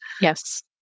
Yes